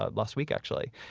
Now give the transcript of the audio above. ah last week actually,